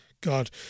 God